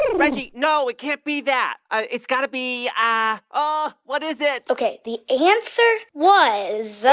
reggie, no, it can't be that. it's got to be ah oh, what is it? ok. the answer was.